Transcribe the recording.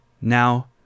Now